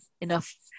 enough